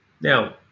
Now